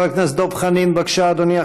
חבר הכנסת דב חנין, בבקשה, אדוני.